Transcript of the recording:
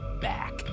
back